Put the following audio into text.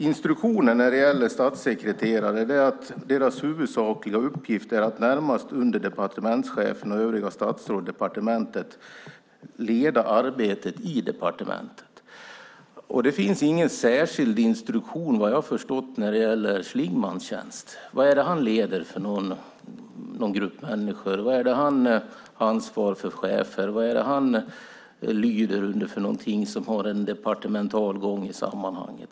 Instruktionen för statssekreterare är att deras huvudsakliga uppgift är att närmast under departementschefen och övriga statsråd i departementet leda arbetet i departementet. Vad jag förstår finns det ingen särskild instruktion när det gäller Schlingmanns tjänst. Vad är det för grupp människor han leder? Vad är det för chefer han ansvarar under? Vad är det han lyder under som har en departemental gång i sammanhanget?